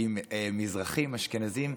עם מזרחים, עם אשכנזים.